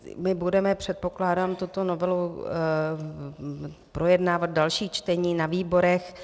My budeme, předpokládám, tuto novelu projednávat v dalších čteních na výborech.